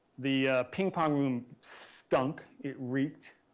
the ping pong room stunk. it reeked.